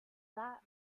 that